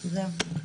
זהו.